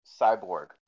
Cyborg